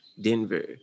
Denver